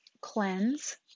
cleanse